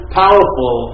powerful